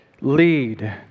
lead